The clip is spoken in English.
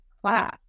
class